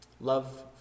Love